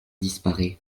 disparaît